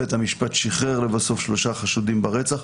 בית המשפט שיחרר לבסוף שלושה חשודים ברצח,